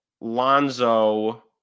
Lonzo